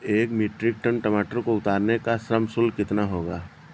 एक metric tonne टमाटर को उतारने का श्रम शुल्क कितना होगा?